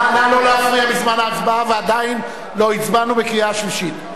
נא לא להפריע בזמן ההצבעה ועדיין לא הצבענו בקריאה שלישית.